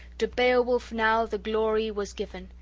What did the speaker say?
to beowulf now the glory was given,